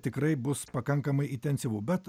tikrai bus pakankamai intensyvu bet